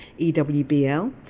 EWBL